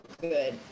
good